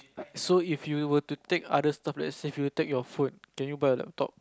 so if you were to take other stuff let's say if you take your phone can you buy a laptop